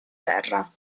terra